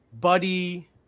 buddy